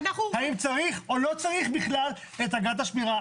האם צריך או לא צריך את אגרת השגרה?